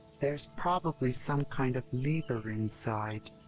there's probably some kind of lever inside.